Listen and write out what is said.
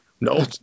no